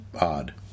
Odd